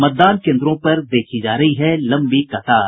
मतदान केन्द्रों पर देखी जा रही है लंबी कतार